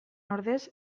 ordez